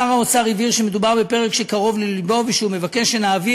שר האוצר הבהיר שמדובר בפרק שקרוב ללבו ושהוא מבקש שנעביר,